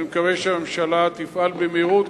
אני מקווה שהממשלה תפעל במהירות,